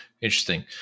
Interesting